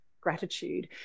gratitude